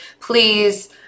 please